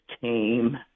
team